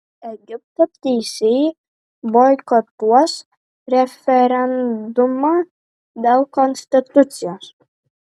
egipto teisėjai boikotuos referendumą dėl konstitucijos